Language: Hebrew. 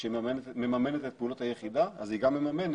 כשהיא ממנת את פעולות היחידה אז היא גם ממנת